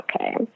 okay